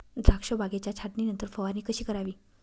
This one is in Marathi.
द्राक्ष बागेच्या छाटणीनंतर फवारणी कशी करावी?